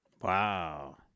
Wow